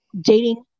dating